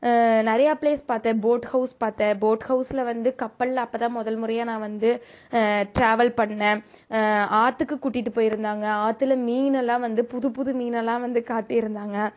நிறைய ப்ளேஸ் பார்த்தேன் boat house பார்த்தேன் போட் ஹவுஸில் வந்து கப்பலில் அப்போ தான் முதல் முறையாக நான் வந்து ட்ராவல் பண்ணிணேன் ஆற்றுக்கு கூட்டிகிட்டு போயிருந்தாங்க ஆற்றுல மீனெல்லாம் வந்து புது புது மீனெலாம் வந்து காட்டியிருந்தாங்க